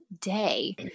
day